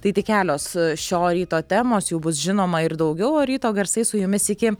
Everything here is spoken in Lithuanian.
tai tik kelios šio ryto temos jų bus žinoma ir daugiau o ryto garsai su jumis iki